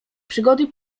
przygody